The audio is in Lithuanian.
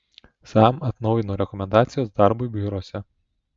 sam atnaujino rekomendacijas darbui biuruose